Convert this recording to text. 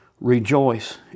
Rejoice